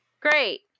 Great